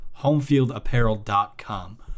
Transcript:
HomeFieldApparel.com